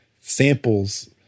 samples